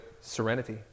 serenity